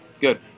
good